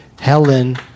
Helen